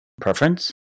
preference